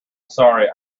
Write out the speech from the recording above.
sorry